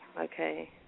Okay